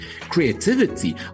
Creativity